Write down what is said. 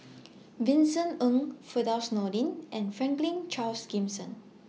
Vincent Ng Firdaus Nordin and Franklin Charles Gimson